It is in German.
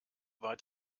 war